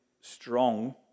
strong